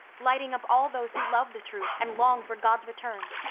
lighting up all those who love the truth and long for god's return.